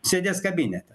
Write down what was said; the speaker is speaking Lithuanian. sėdes kabinete